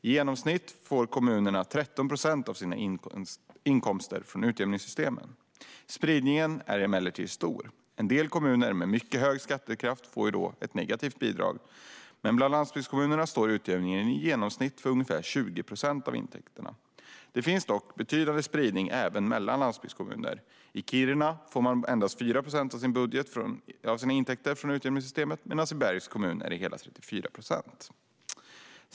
I genomsnitt får kommunerna 13 procent av sina inkomster från utjämningssystemen. Spridningen är emellertid stor. En del kommuner med mycket hög skattekraft får ett negativt bidrag. Bland landsbygdskommunerna står utjämningen i genomsnitt för 20 procent av intäkterna. Det finns dock en betydande spridning även mellan landsbygdskommunerna. I Kiruna får man endast 4 procent av sina intäkter från utjämningssystemet medan man i Bergs kommun får hela 34 procent.